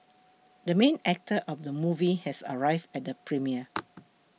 the main actor of the movie has arrived at the premiere